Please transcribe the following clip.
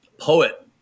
poet